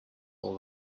all